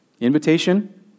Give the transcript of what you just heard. Invitation